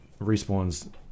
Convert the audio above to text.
respawns